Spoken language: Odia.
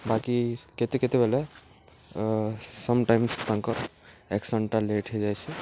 ବାକି କେତେ କେତେବେଲେ ସମ୍ ଟାଇମ୍ସ ତାଙ୍କ ଏକ୍ସ ଘଣ୍ଟା ଲେଟ୍ ହୋଇଯାଇଛି